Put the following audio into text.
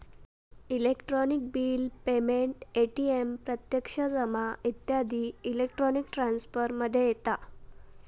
electronic bill payment, ATM प्रत्यक्ष जमा इत्यादी इलेक्ट्रॉनिक ट्रांसफर मध्ये येता